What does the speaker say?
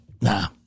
Nah